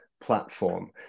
platform